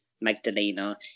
Magdalena